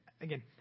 Again